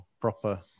proper